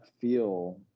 feel